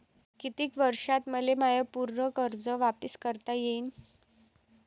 कितीक वर्षात मले माय पूर कर्ज वापिस करता येईन?